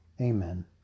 Amen